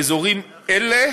באזורים אלה